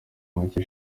mushya